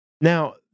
Now